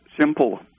simple